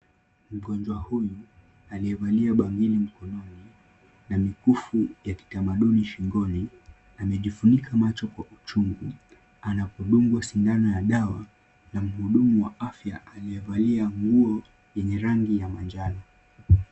Mgonjwa huyu aliyevalia bangili mkononi na mikufu ya kitamaduni shingoni amejifunika macho kwa uchungu anapodungwa sindano ya dawa na mhudumu wa afya aliyevalia nguo yenye rangi ya manjano.